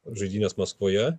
žaidynes maskvoje